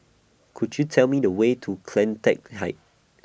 Could YOU Tell Me The Way to CleanTech Height